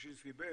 ששינסקי ב',